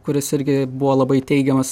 kuris irgi buvo labai teigiamas